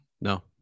No